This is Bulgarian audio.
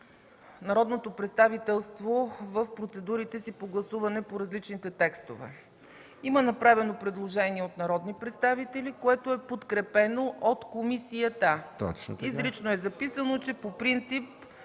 народното представителство в процедурите си по гласуване по различните текстове. Има направено предложение от народни представители, което е подкрепено от комисията. ПРЕДСЕДАТЕЛ МИХАИЛ МИКОВ: Точно